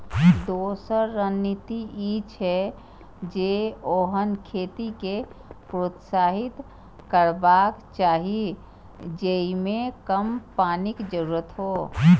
दोसर रणनीति ई छै, जे ओहन खेती कें प्रोत्साहित करबाक चाही जेइमे कम पानिक जरूरत हो